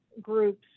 groups